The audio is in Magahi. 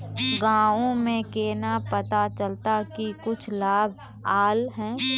गाँव में केना पता चलता की कुछ लाभ आल है?